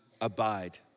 abide